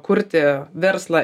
kurti verslą